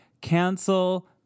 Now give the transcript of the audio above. cancel